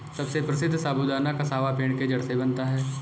सबसे प्रसिद्ध साबूदाना कसावा पेड़ के जड़ से बनता है